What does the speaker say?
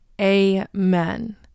amen